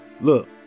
look